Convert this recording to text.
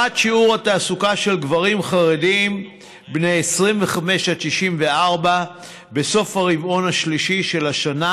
שיעור התעסוקה של גברים חרדים בני 25 עד 64 בסוף הרבעון השלישי של השנה